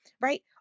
right